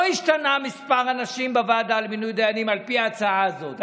לא השתנה מספר הנשים בוועדה למינוי דיינים על פי ההצעה הזאת,